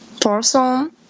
person